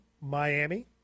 Miami